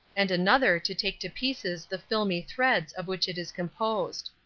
and another to take to pieces the filmy threads of which it is composed.